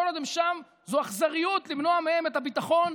וכל עוד הם שם זו אכזריות למנוע מהם את הביטחון,